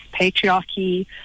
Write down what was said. patriarchy